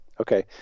Okay